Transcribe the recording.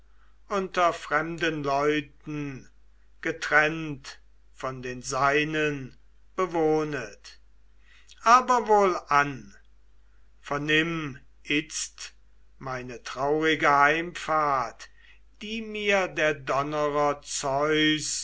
unter fremden leuten getrennt von den seinen bewohnet aber wohlan vernimm itzt meine traurige heimfahrt die mir der donnerer zeus